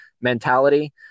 mentality